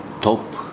top